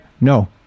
No